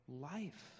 life